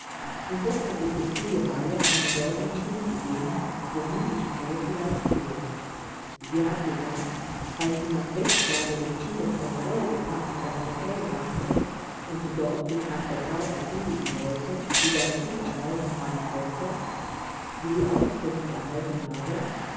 und doch hat die cäcilie meyer einen deutlichen wink gegeben wohin die spur vielleicht führt sie hat gesagt als sie nach weggabe des kindes von reue gepackt in das hotel rannte und dort sich nach der frau erkundigen wollte die das kind erhalten haben könnte sie die auskunft erhalten habe